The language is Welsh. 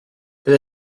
bydd